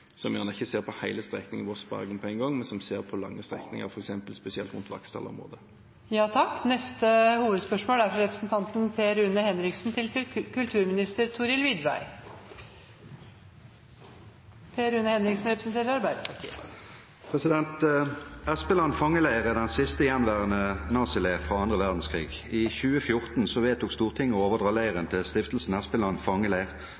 som gjerne ikke ser på hele strekningen Voss–Bergen på en gang, men som ser på lange strekninger, f.eks. spesielt rundt Vaksdal-området. «Espeland fangeleir er den siste gjenværende nazileir fra annen verdenskrig. I 2014 vedtok Stortinget å overdra leiren til Stiftelsen Espeland fangeleir